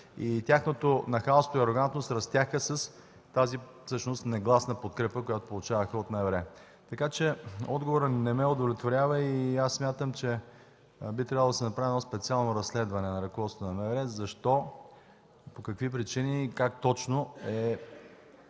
Тяхното нахалство и арогантност растяха с тази всъщност негласна подкрепа, която получаваха от МВР. Така че отговорът не ме удовлетворява. Смятам, че трябва да се направи специално разследване на ръководството на МВР – защо, по какви причини и как точно е